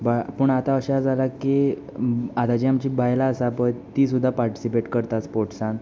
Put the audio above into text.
पूण आतां अशें जालां की आतांची आमचीं बायलां आसा पळय तीं सुद्दां पार्टिसिपेट करता स्पोर्ट्सान